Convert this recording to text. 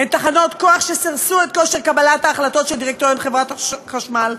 הן תחנות כוח שסירסו את כושר קבלת ההחלטות של דירקטוריון חברת חשמל,